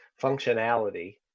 functionality